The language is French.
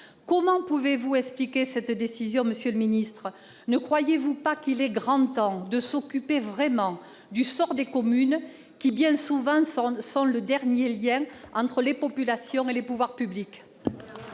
Comment pouvez-vous expliquer cette décision, monsieur le ministre ? Ne croyez-vous pas qu'il est grand temps de s'occuper vraiment du sort des communes qui, bien souvent, sont le dernier lien entre les populations et les pouvoirs publics ?